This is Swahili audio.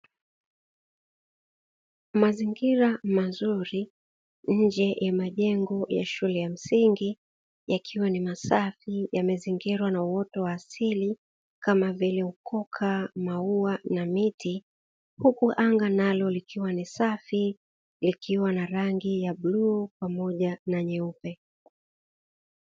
Mazingira mazuri, nje ya majengo ya shule ya msingi; yakiwa ni masafi yamezingirwa na uoto wa asili, kama vile: ukoka, maua na miti, huku anga nalo likiwa ni safi; likiwa na rangi ya bluu pamoja na nyeupe.